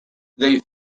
they